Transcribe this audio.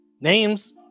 names